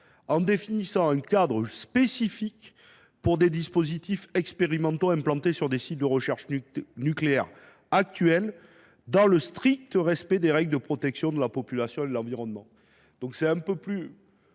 en définissant un cadre spécifique pour des dispositifs expérimentaux implantés sur les sites de recherche nucléaires actuels, dans le strict respect des règles de protection de la population et de l’environnement ». Cette